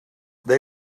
they